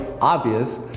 obvious